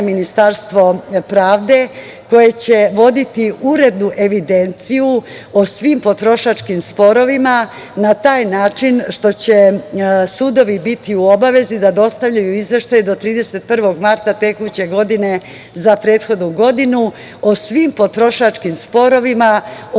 Ministarstvo pravde koje će voditi urednu evidenciju o svim potrošačkim sporovima na taj način što će sudovi biti u obavezi da dostavljaju izveštaje do 31. marta tekuće godine za prethodnu godinu o svim potrošačkim sporovima, o